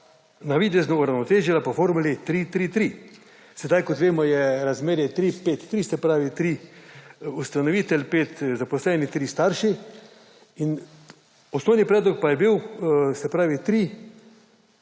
navidezno uravnotežila po formuli 3:3:3, sedaj kot vemo je razmerje 3:5:3, se pravi 3 ustanovitelj, 5 zaposleni, 3 starši. Osnovni predlog pa je bil 3:5:3,